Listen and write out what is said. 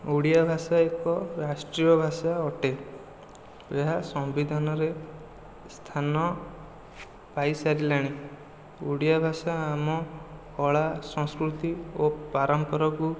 ଓଡ଼ିଆ ଭାଷା ଏକ ରାଷ୍ଟ୍ରୀୟ ଭାଷା ଆଟେ ଏହା ସମ୍ବିଧାନରେ ସ୍ଥାନ ପାଇ ସାରିଲାଣି ଓଡ଼ିଆ ଭାଷା ଆମ କଳା ସଂସ୍କୃତି ଓ ପରମ୍ପରାକୁ